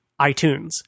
iTunes